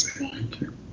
thank you!